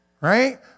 Right